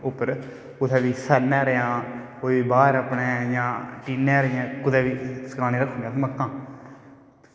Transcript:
उप्पर किसै बी सरनैं पर जां कोई बाह्र अपनैं टीनैं पर जां कुदै बी सकानें गी रक्खी ओड़नें अस मक्कां